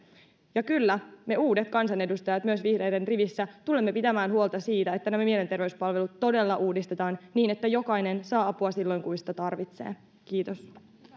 ja kyllä me uudet kansanedustajat myös vihreiden riveissä tulemme pitämään huolta siitä että mielenterveyspalvelut todella uudistetaan niin että jokainen saa apua silloin kun sitä tarvitsee kiitos